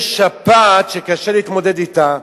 יש שפעת שקשה להתמודד אתה,